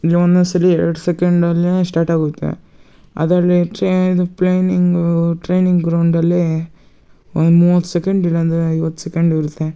ಇಲ್ಲಿ ಒಂದೊಂದು ಸಲ ಎರಡು ಸೆಕೆಂಡಲ್ಲೇ ಶ್ಟಾಟ್ ಆಗುತ್ತೆ ಅದರಲ್ಲಿ ಟ್ರೇ ಇದು ಪ್ಲೇನಿಂಗೂ ಟ್ರೈನಿಂಗ್ ಗ್ರೌಂಡಲ್ಲಿ ಒಂದು ಮೂವತ್ತು ಸೆಕೆಂಡ್ ಇಲ್ಲಾಂದರೆ ಐವತ್ತು ಸೆಕೆಂಡ್ ಇರುತ್ತೆ